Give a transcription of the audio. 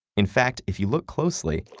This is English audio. in fact, if you look closely,